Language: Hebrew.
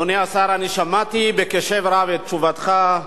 אדוני השר, אני שמעתי בקשב רב את תשובתך.